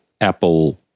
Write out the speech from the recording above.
Apple